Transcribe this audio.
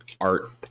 art